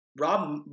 Rob